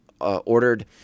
ordered